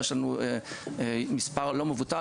כבר יש לנו מספר לא מבוטל,